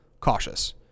cautious